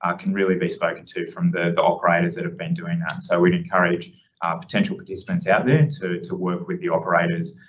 can really be spoken to from the the operators that have been doing that. so we'd encourage ah potential participants out there to, to work with the operators,